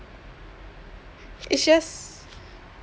it's just